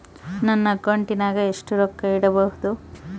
ನನ್ನ ಅಕೌಂಟಿನಾಗ ಎಷ್ಟು ರೊಕ್ಕ ಇಡಬಹುದು?